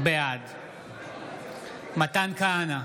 בעד מתן כהנא,